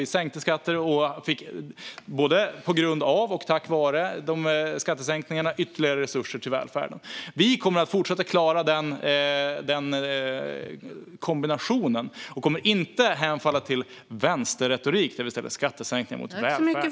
Vi sänkte skatter och fick både på grund av och tack vare de skattesänkningarna ytterligare resurser till välfärden. Vi kommer att fortsätta klara den kombinationen och kommer inte att hemfalla till vänsterretorik och ställa skattesänkningar mot välfärd.